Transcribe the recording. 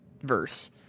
verse